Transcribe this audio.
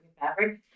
fabric